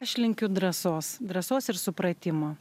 aš linkiu drąsos drąsos ir supratimo